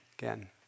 Again